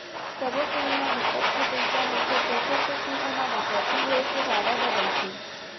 सबो बेंक म बिकट के पइसा होथे तेखर सेती ओमा डकैती होए के जादा डर रहिथे